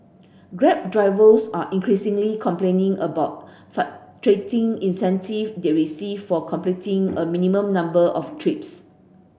grab drivers are increasingly complaining about fluctuating incentive they receive for completing a minimum number of trips